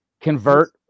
convert